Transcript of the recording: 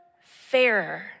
fairer